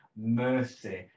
mercy